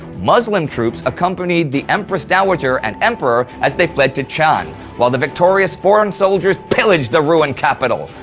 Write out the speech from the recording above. muslim troops accompanied the empress dowager and emperor as they fled to xian while the victorious foreign soldiers pillaged the ruined capital.